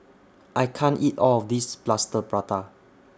I can't eat All of This Plaster Prata